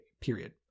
period